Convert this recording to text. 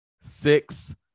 six